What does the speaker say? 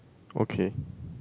okay